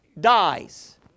dies